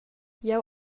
jeu